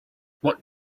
what